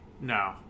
No